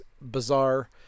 bizarre